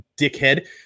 dickhead